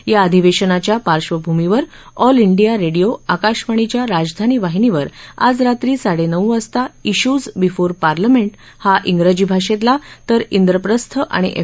या अधिवेशनाच्या पार्वभूमीवर ऑल इंडिया आकाशवाणीच्या राजधानी वाहिनीवर आज रात्री साडेनऊ वाजता इश्यूज बिफोर पार्लमेंट हा इंग्रजी भाषेतला तर इंद्रप्रस्थ आणि एफ